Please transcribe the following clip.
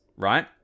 right